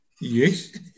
Yes